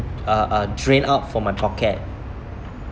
uh uh drain out from my pocket